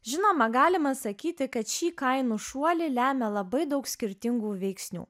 žinoma galima sakyti kad šį kainų šuolį lemia labai daug skirtingų veiksnių